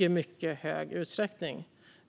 i mycket hög utsträckning kan vara med och bekosta detta.